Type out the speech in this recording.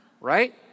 Right